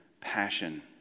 passion